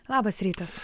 labas rytas